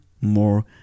more